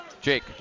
Jake